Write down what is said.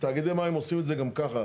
תאגידי מים עושים את זה גם ככה,